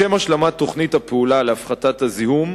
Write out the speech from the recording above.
לשם השלמת תוכנית הפעולה להפחתת הזיהום,